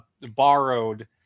borrowed